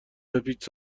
بپیچ